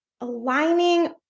aligning